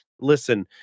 listen